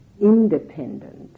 independent